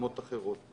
קודמות אחרות.